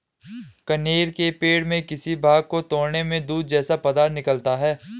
कनेर के पेड़ के किसी भाग को तोड़ने में दूध जैसा पदार्थ निकलता है